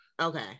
okay